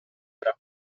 era